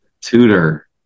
tutor